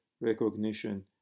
recognition